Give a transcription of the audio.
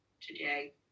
today